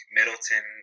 Middleton